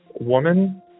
woman